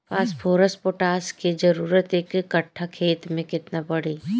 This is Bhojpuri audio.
फॉस्फोरस पोटास के जरूरत एक कट्ठा खेत मे केतना पड़ी?